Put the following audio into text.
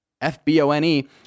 F-B-O-N-E